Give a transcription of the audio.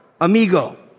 amigo